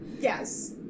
Yes